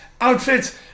outfits